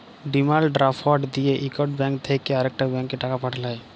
demand draft দিঁয়ে ইকট bank থ্যাইকে আরেকট ব্যাংকে টাকা পাঠাল হ্যয়